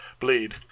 bleed